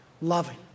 loving